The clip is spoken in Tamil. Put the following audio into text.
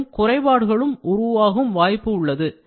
மேலும் குறைபாடுகளும் உருவாகும் வாய்ப்பு உள்ளது